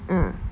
ah